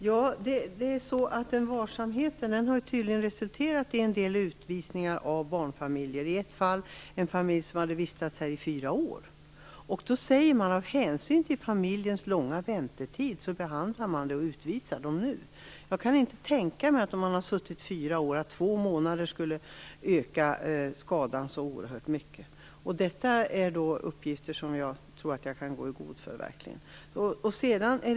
Herr talman! Varsamheten har tydligen resulterat i en del utvisningar av barnfamiljer. I ett fall utvisades en familj som hade vistats här i fyra år. Då säger man att man av hänsyn till familjens långa väntetid behandlar ärendet och utvisar familjen nu. Om man har väntat i fyra år kan jag inte tänka mig att två månader skulle öka skadan så oerhört mycket. Detta är uppgifter som jag tror att jag verkligen kan gå i god för.